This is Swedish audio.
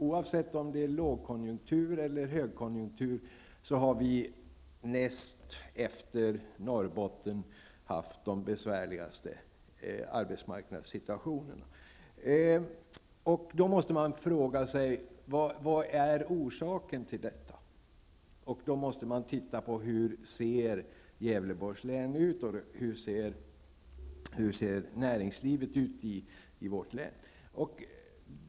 Oavsett om det är lågkonjunktur eller högkonjunktur har vi haft den besvärligaste arbetsmarknadssituationen näst efter Norrbotten. Man måste då fråga sig vad som är orsaken till detta. För att svara på den frågan måste man titta närmare på hur Gävleborgs län ser ut och hur näringslivet i vårt län ser ut.